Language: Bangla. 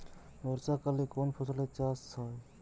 বর্ষাকালে কোন ফসলের চাষ হয়?